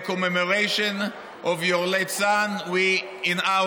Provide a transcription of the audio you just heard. commemoration of your late son in our